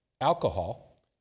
Alcohol